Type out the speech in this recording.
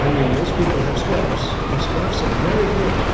i mean, most people have scarves and scarves are very good.